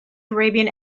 arabian